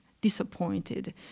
disappointed